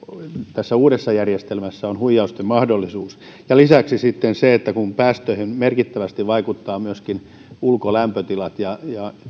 tässä uudessa järjestelmässä huijausten mahdollisuutta lisäksi sitten kun päästöihin merkittävästi vaikuttavat myöskin ulkolämpötilat ja